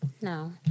No